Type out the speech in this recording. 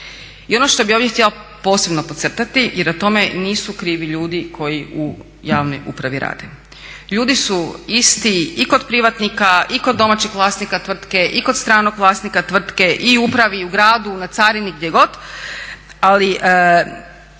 I ono što bi ovdje htjela posebno podcrtati jer o tome nisu krivi ljudi koji u javnoj upravi rade, ljudi su isti i kod privatnika, i kod domaćeg vlasnika tvrtke, i kod stranog vlasnika tvrtke, i u upravi, i u gradu, na carini gdje god ali